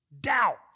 Doubt